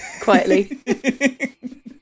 Quietly